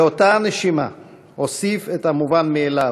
באותה נשימה אוסיף את המובן מאליו: